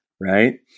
right